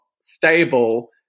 stable